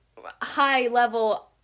high-level